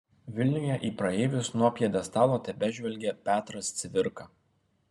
vilniuje į praeivius nuo pjedestalo tebežvelgia petras cvirka